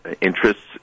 interests